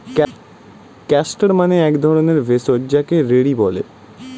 castor মানে এক ধরণের ভেষজ যাকে রেড়ি বলে